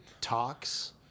talks